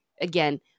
Again